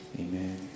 Amen